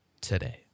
today